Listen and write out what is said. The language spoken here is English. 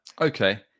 Okay